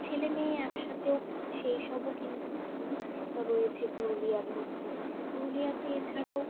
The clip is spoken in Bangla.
ছেলেমেয়ে একসাথেও সেইসবও কিন্তু স্কুল রয়েছে পুরুলিয়ার মধ্যে পুরুলিয়াতে এছাড়াও